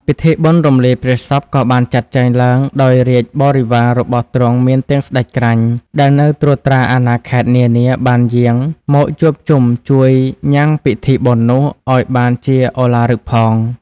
ពិធីបុណ្យរំលាយព្រះសពក៏បានចាត់ចែងឡើង ដោយរាជបរិវាររបស់ទ្រង់ មានទាំងស្ដេចក្រាញ់ ដែលនៅត្រួតត្រាអាណាខេត្តនានាបានយាងមកជួបជុំជួយញ៉ាំងពិធីបុណ្យនោះឲ្យបានជាឧឡារិកផង ។